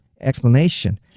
explanation